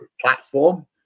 platform